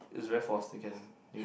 is very forced they can